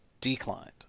declined